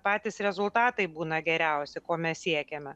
patys rezultatai būna geriausi ko mes siekiame